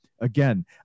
again